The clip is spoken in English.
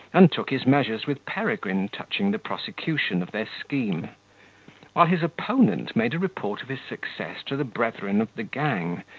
and took his measures with peregrine, touching the prosecution of their scheme while his opponent made a report of his success to the brethren of the gang,